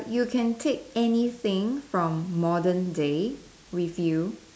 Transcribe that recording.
you can take anything from modern day with you